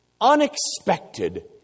unexpected